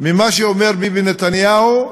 ממה שאומר ביבי נתניהו,